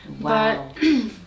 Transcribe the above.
wow